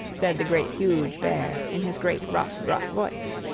said the great, huge bear, in his great, rough, gruff voice.